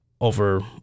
over